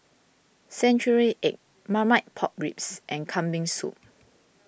Century Egg Marmite Pork Ribs and Kambing Soup